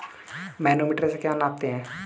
Manometer से क्या नापते हैं?